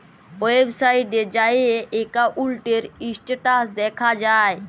ওয়েবসাইটে যাঁয়ে একাউল্টের ইস্ট্যাটাস দ্যাখা যায়